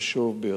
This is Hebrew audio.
חשוב ביותר,